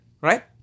Right